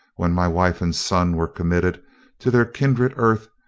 when my wife and son were committed to their kindred earth,